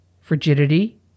frigidity